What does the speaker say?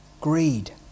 greed